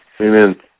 Amen